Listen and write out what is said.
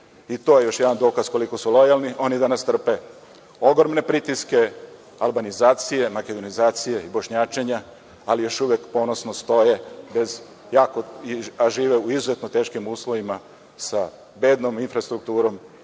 i to je još jedan dokaz koliko su lojalni. Oni danas trpe ogromne pritiske albanizacije, makedonizacije i bošnjačenja, ali još uvek ponosno stoje, a žive u izuzetno teškim uslovima sa bednom infrastrukturom,